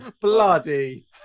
Bloody